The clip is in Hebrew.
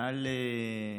מעל,